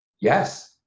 Yes